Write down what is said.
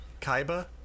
Kaiba